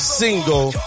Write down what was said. single